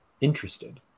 interested